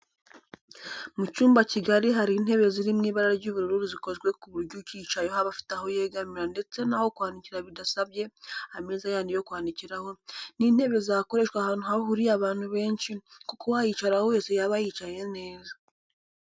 Mu cyumba kigari hari Intebe ziri mu ibara ry'ubururu zikozwe ku buryo uyicayeho aba afite aho yegamira ndetse n'aho kwandikira bidasabye ameza yandi yo kwandikiraho, Ni intebe zakoreshwa ahantu hahuriye abantu benshi kuko uwayicaraho wese yaba yicaye neza.